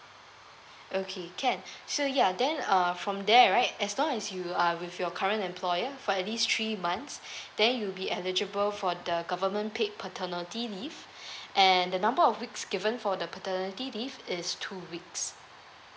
okay can sure ya then uh from there right as long as you are with your current employer for at least three months then you'll be eligible for the government paid paternity leave and the number of weeks given for the paternity leave is two weeks